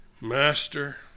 Master